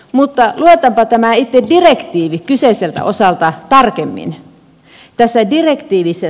mutta luetaanpa tämä itse direktiivi kyseiseltä osalta tarkemmin